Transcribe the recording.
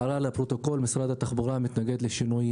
הערה לפרוטוקול: משרד התחבורה מתנגד לשינוי